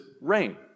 rain